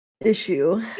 issue